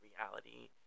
reality